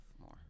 more